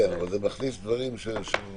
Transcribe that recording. אני